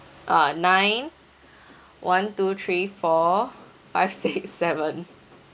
uh nine one two three four five six seven